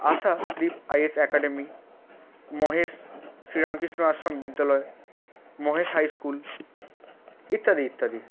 আশা Deep IAS academy Mahesh Sriramakrishna Ashram Vidyalaya Mahesh high school ইত্যাদি ইত্যাদি